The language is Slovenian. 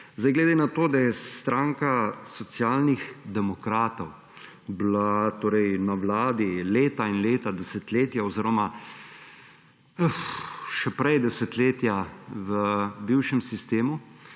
zboru. Glede na to, da je stranka Socialnih demokratov bila na vladi leta in leta, desetletja oziroma še prej desetletja v bivšem sistemu,